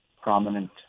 prominent